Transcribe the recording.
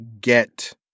get